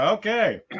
Okay